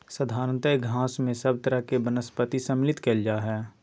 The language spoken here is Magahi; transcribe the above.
साधारणतय घास में सब तरह के वनस्पति सम्मिलित कइल जा हइ